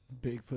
Bigfoot